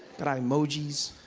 got our emoji's.